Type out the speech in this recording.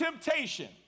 temptation